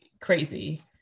crazy